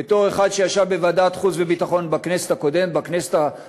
בתור אחד שישב בוועדת חוץ וביטחון בכנסת הנוכחית,